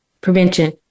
prevention